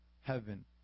heaven